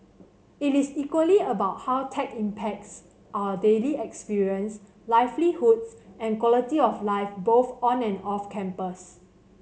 it is equally about how tech impacts our daily experience livelihoods and quality of life both on and off campus